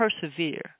Persevere